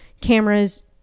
cameras